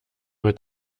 mit